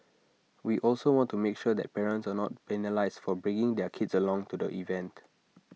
we also want to make sure that parents are not penalised for bringing their kids along to the event